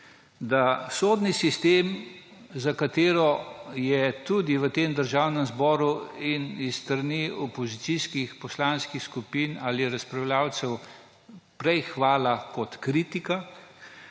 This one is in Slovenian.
je sodni sistem, za katerega je v Državnem zboru s strani opozicijskih poslanskih skupin ali razpravljavcev prej hvala kot kritika,